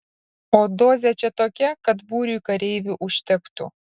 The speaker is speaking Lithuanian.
o dozė čia tokia kad būriui kareivių užtektų